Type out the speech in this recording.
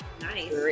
Nice